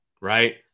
right